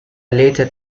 later